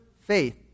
faith